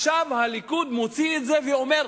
עכשיו הליכוד מוציא את זה ואומר: